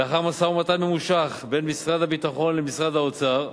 לאחר משא-ומתן ממושך בין משרד הביטחון למשרד האוצר,